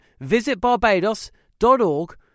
visitbarbados.org